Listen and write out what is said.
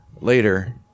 later